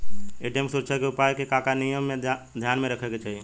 ATM के सुरक्षा उपाय के का का नियम ध्यान में रखे के चाहीं?